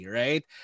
right